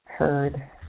Heard